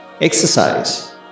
Exercise